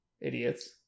Idiots